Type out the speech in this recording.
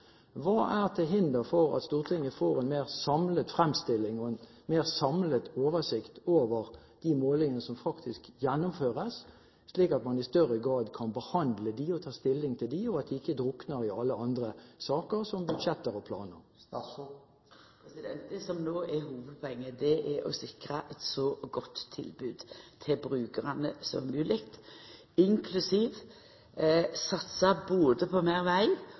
Hva er til hinder for at Stortinget får en mer samlet fremstilling og en mer samlet oversikt over de målingene som faktisk gjennomføres, slik at man i større grad kan behandle dem og ta stilling til dem, og at de ikke drukner i alle andre saker, som budsjetter og planer? Det som er hovudpoenget no, er å sikra eit så godt tilbod til brukarane som mogleg, inklusiv å satsa både på